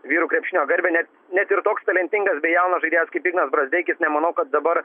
vyrų krepšinio garbę net net ir toks talentingas bei jaunas žaidėjas kaip ignas brazdeikis nemanau kad dabar